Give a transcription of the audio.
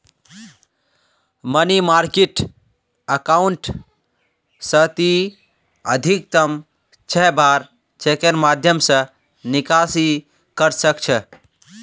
money market account स ती अधिकतम छह बार चेकेर माध्यम स निकासी कर सख छ